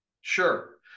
Sure